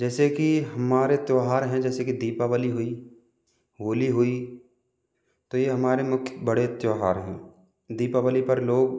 जैसे कि हमारे त्योहार हैं जैसे कि दीपावली हुई होली हुई तो यह हमारे मुख्य बड़े त्योहार हैं दीपावली पर लोग